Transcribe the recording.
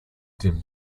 dim